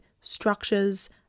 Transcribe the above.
structures